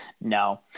No